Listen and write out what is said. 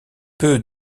peu